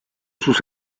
sus